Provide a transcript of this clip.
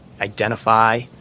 identify